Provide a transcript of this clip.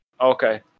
Okay